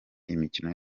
imikino